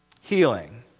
Healing